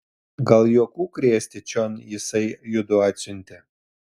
gal juokų krėsti čion jisai judu atsiuntė